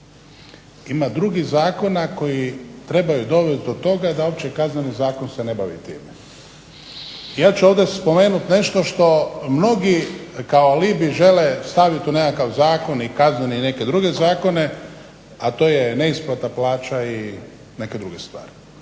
Ima drugih zakona koji trebaju dovest do toga da uopće Kazneni zakon se ne bavi time. Ja ću ovdje spomenut nešto što mnogi kao alibi žele stavit u nekakav zakon i kazneni i neke druge zakone, a to je neisplata plaća i neke druge stvari.